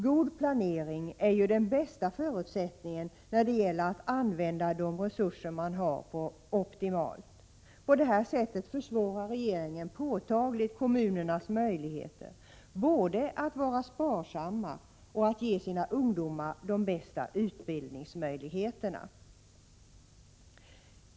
God planering är den bästa förutsättningen för att man skall kunna använda de resurser man har optimalt. På det här sättet försvårar regeringen påtagligt kommunernas möjligheter att både vara sparsamma och ge sina ungdomar de bästa utbildningsmöjligheterna.